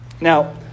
Now